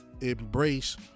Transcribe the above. Embrace